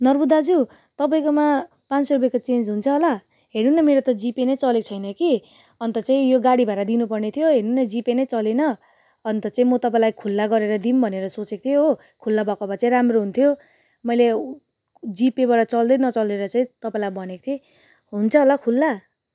नर्बु दाजु तपाईँकोमा पाँच सौ रुपियाँको चेन्ज हुन्छ होला हेर्नु मेरो त जिपे नै चलेको छैन कि अन्त चाहिँ यो गाडी भाडा दिनुपर्ने थियो हेर्नु न जिपे नै चलेन अन्त चाहिँ म तपाईँलाई खुल्ला गरेर दिउँ भनेर सोचेको थिएँ हो खुल्ला भएको भए चाहिँ राम्रो हुन्थ्यो मैले जिपेबाट चल्दै नचलेर चाहिँ तपाईँलाई भनेको थिएँ हुन्छ होला खुल्ला